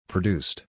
Produced